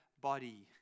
body